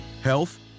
health